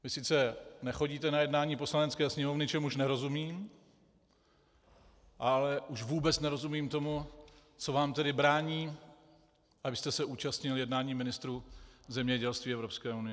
Vy sice nechodíte na jednání Poslanecké sněmovny, čemuž nerozumím, ale už vůbec nerozumím tomu, co vám tedy brání, abyste se účastnil jednání ministrů zemědělství Evropské unie.